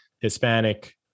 Hispanic